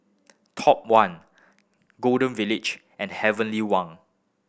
Top One Golden Village and Heavenly Wang